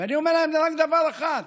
ואני אומר לכם רק דבר אחד: